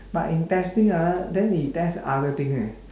but in testing ah then he test other thing leh